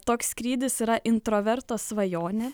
toks skrydis yra introverto svajonė